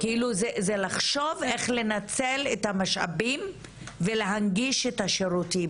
זה לחשוב איך לנצל את המשאבים ולהנגיש יותר את השירותים,